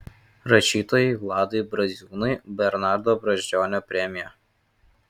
rašytojui vladui braziūnui bernardo brazdžionio premija